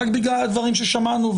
רק בגלל הדברים ששמענו,